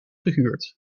gehuurd